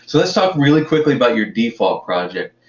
so let's talk really quickly about your default project.